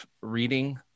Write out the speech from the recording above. reading